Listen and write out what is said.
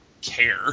care